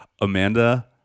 Amanda